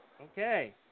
Okay